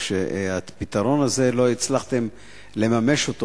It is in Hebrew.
כשאת הפתרון הזה לא הצלחתם לממש,